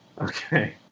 Okay